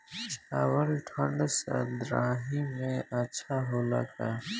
चावल ठंढ सह्याद्री में अच्छा होला का?